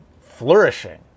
flourishing